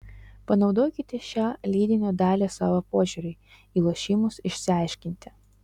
panaudokite šią leidinio dalį savo požiūriui į lošimus išsiaiškinti